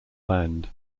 band